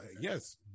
yes